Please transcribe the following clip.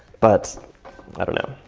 but i don't know,